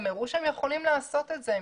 הם הראו שהם יכולים לעשות את זה.